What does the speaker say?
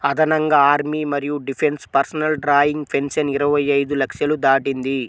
అదనంగా ఆర్మీ మరియు defence personnel drawing pension ఇరవై ఐదు లక్షలు దాటింది